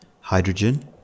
hydrogen